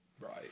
Right